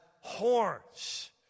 horns